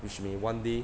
which may one day